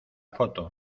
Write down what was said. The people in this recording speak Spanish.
foto